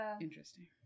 interesting